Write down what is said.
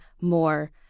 more